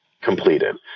completed